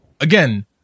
Again